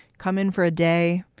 come in for a day.